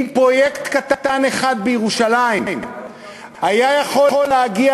אם פרויקט קטן אחד בירושלים היה יכול להגיע